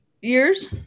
years